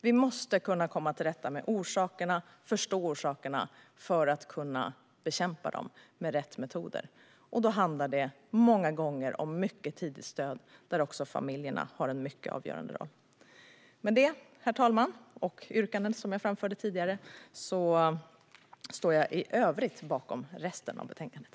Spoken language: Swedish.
Vi måste förstå orsakerna för att kunna bekämpa dem med rätt metoder. Då handlar det många gånger om mycket tidigt stöd. Där har också familjerna en avgörande roll. Herr talman! I övrigt står jag bakom resten av betänkandet.